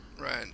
Right